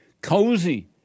cozy